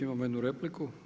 Imamo jednu repliku.